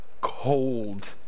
cold